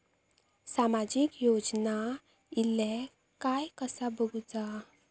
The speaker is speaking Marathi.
सामाजिक योजना इले काय कसा बघुचा?